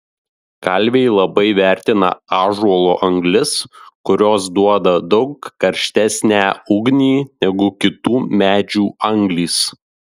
kalviai labai vertina ąžuolo anglis kurios duoda daug karštesnę ugnį negu kitų medžių anglys